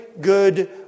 good